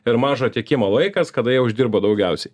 ir mažo tiekimo laikas kada jie uždirbo daugiausiai